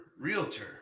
realtor